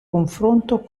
confronto